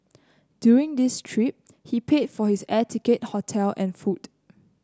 during his trip he paid for his air ticket hotel and food